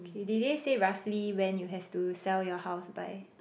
okay did they say roughly when you have to sell your house by